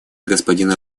господина